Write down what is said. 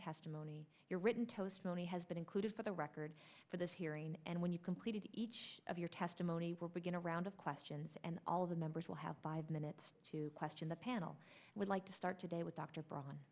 testimony your written toast money has been included for the record for this hearing and when you completed each of your testimony will begin a round of questions and all of the members will have five minutes to question the panel would like to start today with d